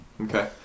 Okay